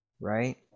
right